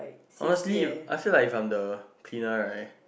honestly I feel like it's from the cleaner right